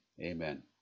amen